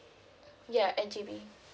ya at J_B